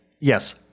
yes